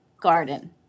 garden